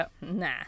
nah